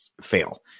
fail